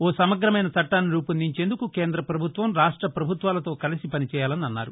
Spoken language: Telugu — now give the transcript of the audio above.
ఓ సమగ్రమైన చట్టాన్ని రూపొందించేందుకు కేంద్ర ప్రభుత్వం రాష్ట ప్రభుత్వాలతో కలిసి పని చేయాలని అన్నారు